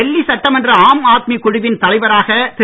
டெல்லி சட்டமன்ற ஆம் ஆத்மி குழுவின் தலைவராக திரு